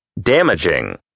Damaging